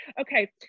Okay